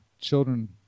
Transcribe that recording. children